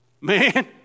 Man